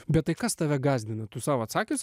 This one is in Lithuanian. bet tai kas tave gąsdina tu sau atsakius